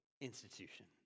institution